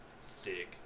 Sick